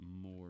more